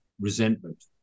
resentment